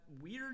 weird